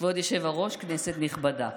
כבוד היושב-ראש, כנסת נכבדה,